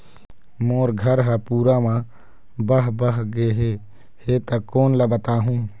मोर घर हा पूरा मा बह बह गे हे हे ता कोन ला बताहुं?